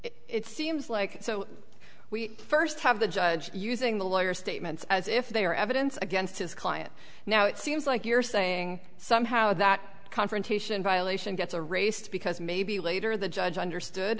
it seems like so we first have the judge using the lawyer statements as if they are evidence against his client now it seems like you're saying somehow that confrontation violation gets a race because maybe later the judge